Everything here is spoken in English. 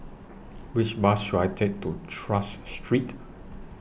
Which Bus should I Take to Tras Street